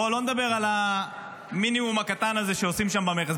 בוא לא נדבר על המינימום הקטן הזה שעושים שם במכס,